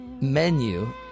menu